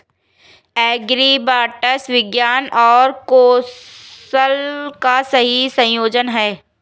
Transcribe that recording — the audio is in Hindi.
एग्रीबॉट्स विज्ञान और कौशल का सही संयोजन हैं